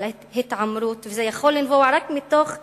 על ההתעמרות, וזה יכול לנבוע רק מתוך שנאה,